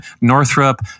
Northrop